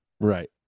Right